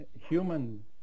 human